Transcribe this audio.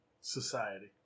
Society